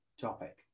topic